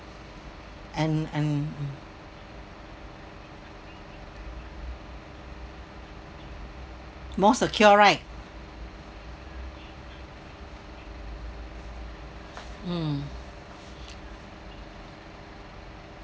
and and more secure right mm